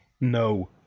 No